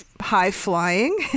high-flying